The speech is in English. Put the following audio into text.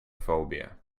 phobia